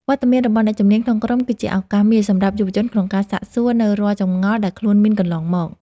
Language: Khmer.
វត្តមានរបស់អ្នកជំនាញក្នុងក្រុមគឺជាឱកាសមាសសម្រាប់យុវជនក្នុងការសាកសួរនូវរាល់ចម្ងល់ដែលខ្លួនមានកន្លងមក។